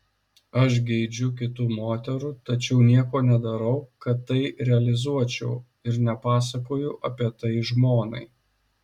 aš geidžiu kitų moterų tačiau nieko nedarau kad tai realizuočiau ir nepasakoju apie tai žmonai